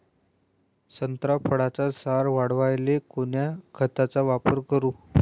संत्रा फळाचा सार वाढवायले कोन्या खताचा वापर करू?